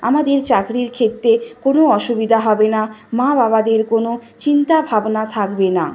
আমাদের চাকরির ক্ষেত্রে কোনো অসুবিধা হবে না মা বাবাদের কোনো চিন্তা ভাবনা থাকবে না